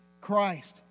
Christ